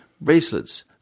bracelets